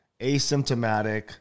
asymptomatic